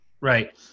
Right